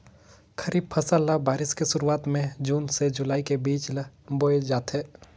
खरीफ फसल ल बारिश के शुरुआत में जून से जुलाई के बीच ल बोए जाथे